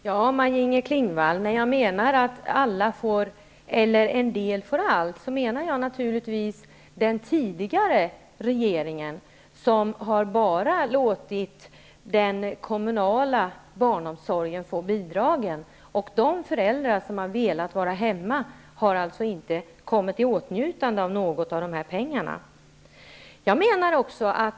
Fru talman! När jag säger att en del får allt, Maj Inger Klingvall, menar jag naturligtvis att den tidigare regeringen bara har låtit den kommunala barnomsorgen få bidragen. De föräldrar som har velat vara hemma har alltså inte kommit i åtnjutande av någon del av dessa pengar.